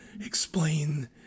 explain